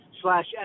slash